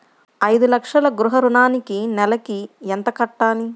ఐదు లక్షల గృహ ఋణానికి నెలకి ఎంత కట్టాలి?